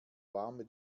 warme